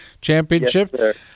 Championship